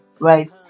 right